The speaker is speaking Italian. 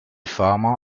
fama